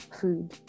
food